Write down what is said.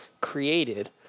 created